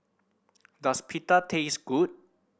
does Pita taste good